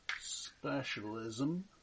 specialism